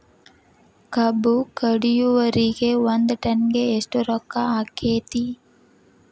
ಕಬ್ಬು ಕಡಿಯುವರಿಗೆ ಒಂದ್ ಟನ್ ಗೆ ಎಷ್ಟ್ ರೊಕ್ಕ ಆಕ್ಕೆತಿ?